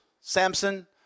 Samson